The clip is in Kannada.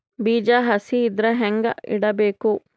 ಬೀಜ ಹಸಿ ಇದ್ರ ಹ್ಯಾಂಗ್ ಇಡಬೇಕು?